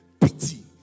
pity